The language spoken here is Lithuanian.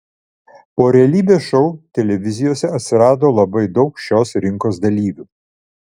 po realybės šou televizijose atsirado labai daug šios rinkos dalyvių